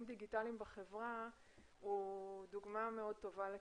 דיגיטליים בחברה הוא דוגמה מאוד טובה לכך,